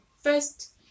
first